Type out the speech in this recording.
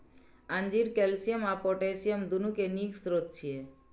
अंजीर कैल्शियम आ पोटेशियम, दुनू के नीक स्रोत छियै